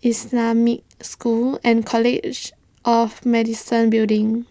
Islamic School and College of Medicine Building